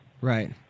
Right